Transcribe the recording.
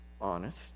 honest